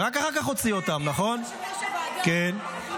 רק חברי הכנסת של יש עתיד גם התפרצו כשמשפחות חטופים